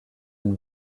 une